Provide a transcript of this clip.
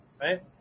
right